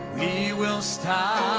we will stop